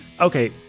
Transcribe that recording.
okay